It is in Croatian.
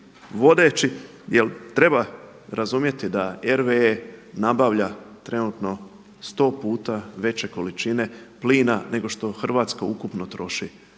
vodeći. Jer treba razumjeti da RW nabavlja trenutno 100 puta veće količine plina nego što Hrvatska ukupno troši.